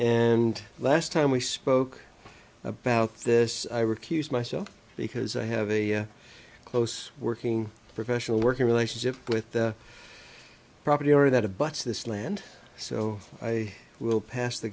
and last time we spoke about this i recused myself because i have a close working professional working relationship with the property owner that abuts this land so i will pass the